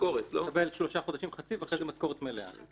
משכורת --- הוא מקבל שלושה חודשים חצי משכורת ואחרי זה משכורת מלאה.